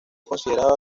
consideraba